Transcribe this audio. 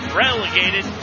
relegated